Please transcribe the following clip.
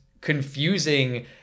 confusing